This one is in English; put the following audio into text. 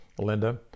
linda